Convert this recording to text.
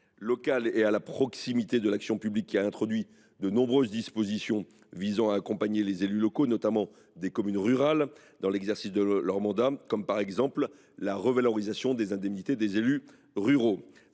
locale et à la proximité de l’action publique, qui a introduit de nombreuses dispositions visant à accompagner les élus locaux, notamment des communes rurales, dans l’exercice de leur mandat – je pense, par exemple, à la revalorisation des indemnités de ces élus ruraux.